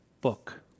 book